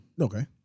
Okay